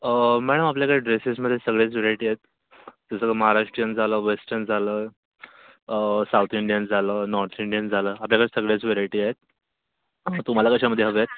madam आपल्याकडे ड्रेसेसमध्ये सगळेच व्हरायटी आहेत जसं का महाराष्ट्रीयन झालं वेस्टर्न झालं साऊथ इंडियन झालं नॉर्थ इंडियन झालं आपल्याकडे सगळेच व्हरायटी आहेत तुम्हाला कशामध्ये हवे आहेत